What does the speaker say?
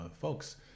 folks